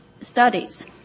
Studies